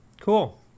Cool